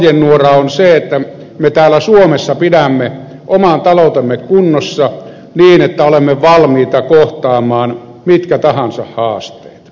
kokoomuksen ohjenuora on se että me täällä suomessa pidämme oman taloutemme kunnossa niin että olemme valmiita kohtaamaan mitkä tahansa haasteet